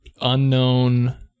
unknown